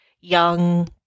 young